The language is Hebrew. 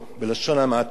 וגם את עזות המצח.